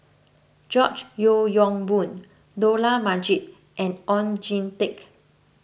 George Yeo Yong Boon Dollah Majid and Oon Jin Teik